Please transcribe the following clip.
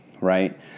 right